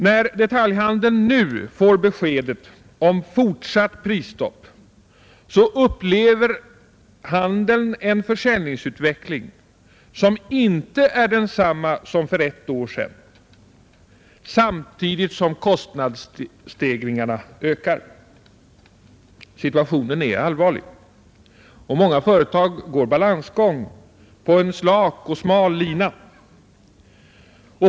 När detaljhandeln nu får beskedet om fortsatt prisstopp upplever handeln en försäljningsutveckling, som inte är densamma som för ett år sedan, samtidigt som kostnadsstegringstakten ökar. Situationen är allvarlig. Många företag går balansgång på en slak och smal lina.